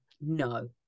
no